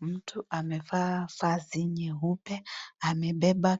Mtu amevaa vazi nyeupe, amebeba